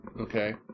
Okay